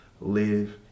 live